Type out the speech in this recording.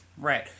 Right